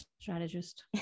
strategist